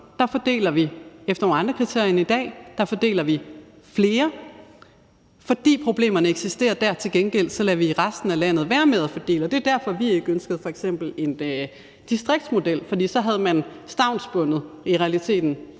fordeler vi efter nogle andre kriterier end i dag; der fordeler vi flere, fordi problemerne eksisterer der. Til gengæld lader vi i resten af landet være med at fordele. Og det er derfor, at vi f.eks. ikke ønskede en distriktsmodel, for så havde man i realiteten